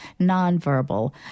nonverbal